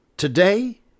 Today